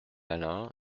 alain